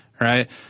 right